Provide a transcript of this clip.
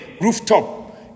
rooftop